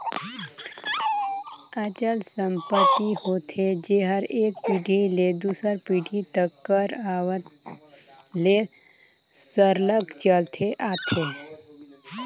अचल संपत्ति होथे जेहर एक पीढ़ी ले दूसर पीढ़ी तक कर आवत ले सरलग चलते आथे